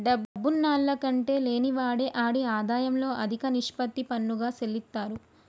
డబ్బున్నాల్ల కంటే లేనివాడే ఆడి ఆదాయంలో అదిక నిష్పత్తి పన్నుగా సెల్లిత్తారు